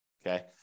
Okay